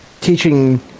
teaching